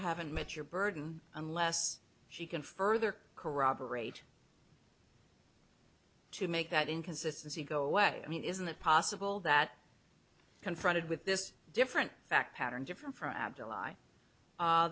haven't met your burden unless she can further corroborate to make that inconsistency go away i mean isn't it possible that confronted with this different fact pattern different